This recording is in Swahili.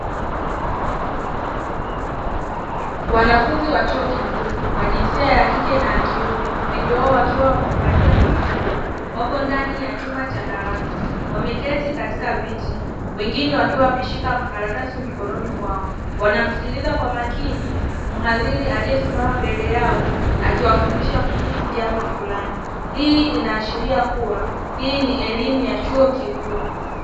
Wanafunzi wa chuo kikuu wa jinsia ya kike na ya kiume wengi wao wakiwa wamevalia barakoa, wapo ndani ya chumba cha darasa wameketi katika viti, wengine wakiwa wameshika makaratasi mikononi mwao; wanamsikiliza kwa makini mhadhiri aliyesimama mbele yao akiwafundisha kuhusu jambo flani. Hii inaashiria kuwa hii ni elimu ya chuo kikuu.